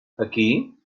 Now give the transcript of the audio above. aquí